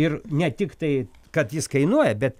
ir ne tiktai kad jis kainuoja bet